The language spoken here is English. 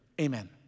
Amen